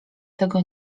tego